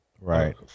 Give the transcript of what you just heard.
right